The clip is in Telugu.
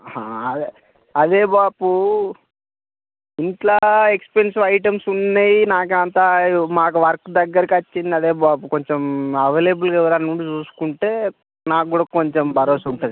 అదే అదే బాపు ఇంట్లో ఎక్స్పెన్సివ్ ఐటెమ్స్ ఉన్నాయి నాకంతా మాకు వర్క్ దగ్గరకచ్చింది అదే బాపు కొంచెం అవైలబుల్గా ఎవరైనా ఉండి చూసుకుంటే నాకు కూడా కొంచెం భరోసాగా ఉంటుంది